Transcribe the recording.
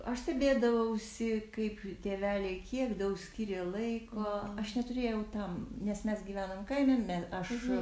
aš stebėdavausi kaip tėveliai kiek daug skyrė laiko aš neturėjau tam nes mes gyvenom kaime me aš